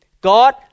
God